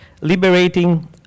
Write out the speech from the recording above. liberating